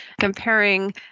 comparing